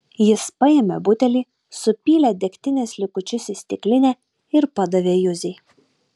jis paėmė butelį supylė degtinės likučius į stiklinę ir padavė juzei